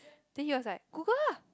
then he was like Google ah